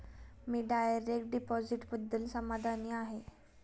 मी direct डिपॉझिटबद्दल समाधानी आहे